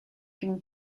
une